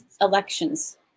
elections